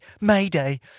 mayday